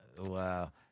Wow